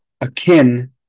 akin